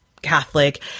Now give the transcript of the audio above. Catholic